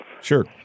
Sure